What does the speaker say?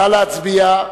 נא להצביע.